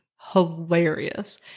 hilarious